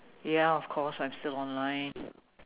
ya of course I'm still online